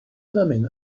thummim